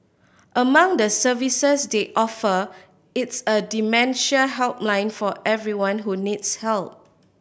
among the services they offer its a dementia helpline for everyone who needs help